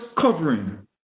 covering